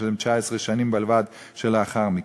שזה 19 שנים בלבד לאחר מכן.